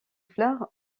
fleurs